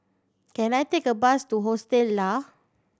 can I take a bus to Hostel Lah